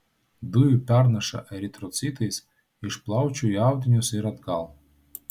dujų pernaša eritrocitais iš plaučių į audinius ir atgal